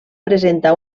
presenta